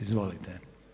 Izvolite.